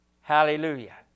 Hallelujah